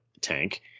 tank